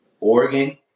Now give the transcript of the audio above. Oregon